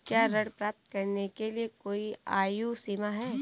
क्या ऋण प्राप्त करने के लिए कोई आयु सीमा है?